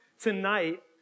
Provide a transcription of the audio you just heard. tonight